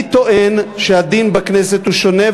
אני טוען שהדין בכנסת הוא שונה,